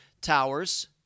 towers